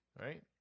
Right